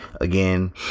again